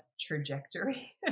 trajectory